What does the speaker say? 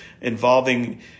involving